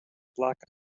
black